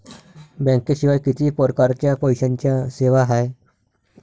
बँकेशिवाय किती परकारच्या पैशांच्या सेवा हाय?